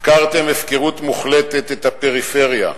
הפקרתם הפקרות מוחלטת את הפריפריה,